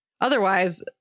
Otherwise